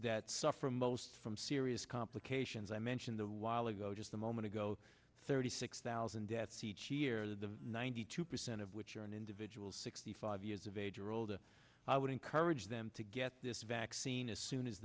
that suffer most from serious complications i mention the while ago just a moment ago thirty six thousand deaths each year the ninety two percent of which are an individual sixty five years of age or older i would encourage them to get this vaccine as soon as